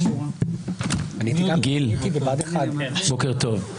גיל, בוקר טוב.